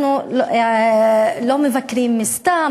אנחנו לא מבקרים סתם,